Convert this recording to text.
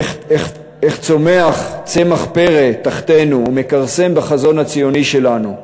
צומח צמח פרא תחתינו ומכרסם בחזון הציוני שלנו,